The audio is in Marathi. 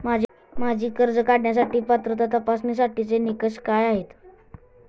माझी कर्ज काढण्यासाठी पात्रता तपासण्यासाठीचे निकष काय आहेत?